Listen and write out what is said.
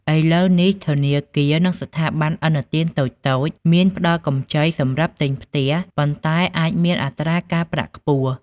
ឥឡូវនេះ ធនាគារ និងស្ថាប័នឥណទានតូចៗ មានផ្ដល់កម្ចីសម្រាប់ទិញផ្ទះ ប៉ុន្តែអាចមានអត្រាការប្រាក់ខ្ពស់។